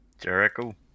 Jericho